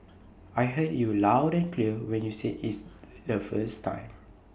I heard you loud and clear when you said its the first time